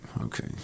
okay